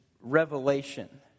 revelation